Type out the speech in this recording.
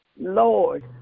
Lord